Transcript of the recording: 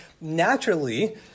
naturally